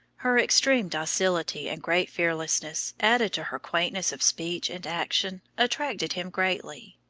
her extreme docility and great fearlessness, added to her quaintness of speech and action, attracted him greatly.